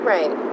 Right